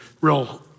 real